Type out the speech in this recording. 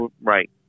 right